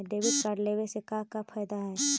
Debit card लेवे से का का फायदा है?